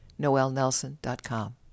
noelnelson.com